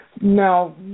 Now